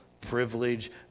privilege